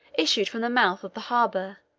issued from the mouth of the harbor,